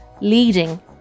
leading